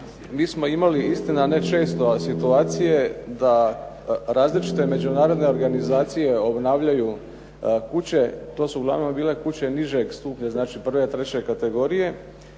mi smo imali istina ne često situacije da različite međunarodne organizacije obnavljaju kuće. To su uglavnom bile kuće nižeg stupnja, znači prve i treće kategorije